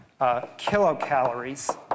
kilocalories